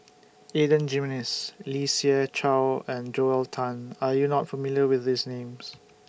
Adan Jimenez Lee Siew Choh and Joel Tan Are YOU not familiar with These Names